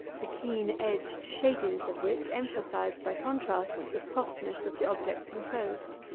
the keen-edged shadiness of which emphasized by contrast the softness of the objects enclosed.